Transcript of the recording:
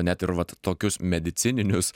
net ir vat tokius medicininius